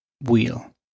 wheel